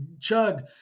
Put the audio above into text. chug